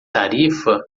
tarifa